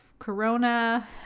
Corona